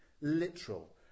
literal